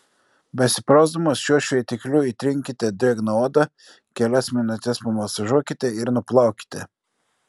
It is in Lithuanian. besiprausdamos šiuo šveitikliu įtrinkite drėgną odą kelias minutes pamasažuokite ir nuplaukite